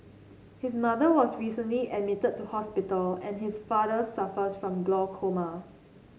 his mother was recently admitted to hospital and his father suffers from glaucoma